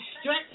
stretch